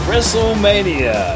WrestleMania